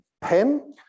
pen